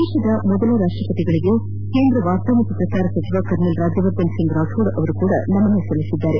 ದೇಶದ ಮೊದಲ ರಾಷ್ಷಪತಿ ಅವರಿಗೆ ಕೇಂದ್ರ ವಾರ್ತಾ ಮತ್ತು ಪ್ರಸಾರ ಸಚಿವ ಕರ್ನಲ್ ರಾಜ್ಯವರ್ಧನಸಿಂಗ್ ರಾಥೋಡ್ ಅವರು ಕೂಡ ನಮನ ಸಲ್ಲಿಸಿದ್ದಾರೆ